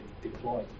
deployed